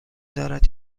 دارد